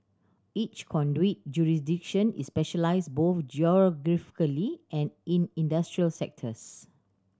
each conduit jurisdiction is specialised both geographically and in industrial sectors